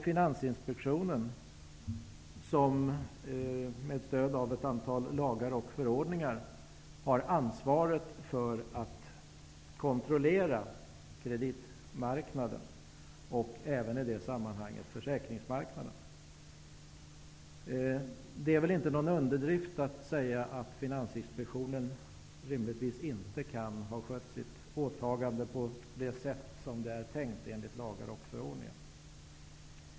Finansinspektionen har med stöd av ett antal lagar och förordningar ansvaret för kontrollen av kreditmarknaden och även av försäkringsmarknaden. Det är väl ingen underdrift att säga att Finansinspektionen rimligtvis inte kan ha skött sitt åtagande på det sätt som var tänkt enligt lagar och förordningar.